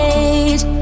age